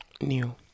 new